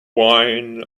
wine